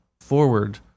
forward